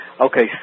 okay